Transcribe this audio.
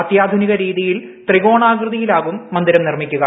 അത്യാധുനിക രീതിയിൽ ത്രികോണാകൃതിയിലാകും മന്ദിരം നിർമ്മിക്കുക